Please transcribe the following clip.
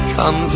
Come